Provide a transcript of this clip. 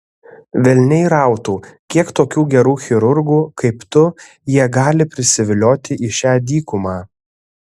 velniai rautų kiek tokių gerų chirurgų kaip tu jie gali prisivilioti į šią dykumą